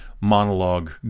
monologue